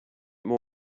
more